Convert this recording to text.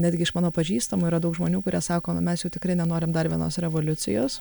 netgi iš mano pažįstamų yra daug žmonių kurie sako na mes jau tikrai nenorim dar vienos revoliucijos